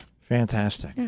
Fantastic